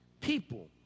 People